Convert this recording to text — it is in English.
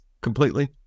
completely